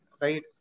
right